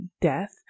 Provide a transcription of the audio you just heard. death